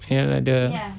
ya lah the